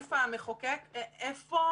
הגוף המחוקק: איפה